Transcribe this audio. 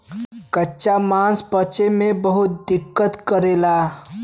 कच्चा मांस पचे में बहुत दिक्कत करेला